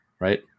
Right